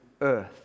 earth